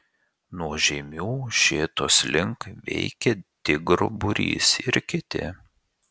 nuo žeimių šėtos link veikė tigro būrys ir kiti